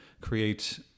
create